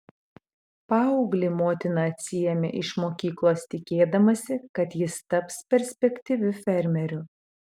paauglį motina atsiėmė iš mokyklos tikėdamasi kad jis taps perspektyviu fermeriu